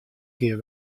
kear